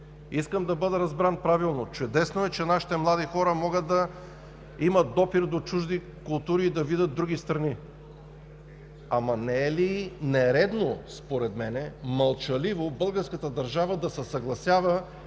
Искам да бъда разбран правилно. Чудесно е, че нашите млади хора могат да имат допир до чужди култури, да видят други страни. Не е ли обаче нередно, според мен, мълчаливо българската държава да се съгласява